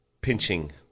pinching